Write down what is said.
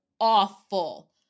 awful